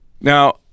Now